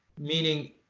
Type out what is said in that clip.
Meaning